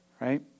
Right